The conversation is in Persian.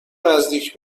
نزدیک